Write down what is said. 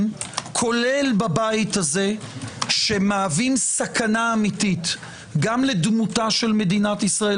כולל בבית הזה שמהווים סכנה אמיתית גם לדמותה של מדינת ישראל